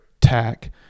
tack